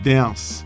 Dance